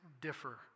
differ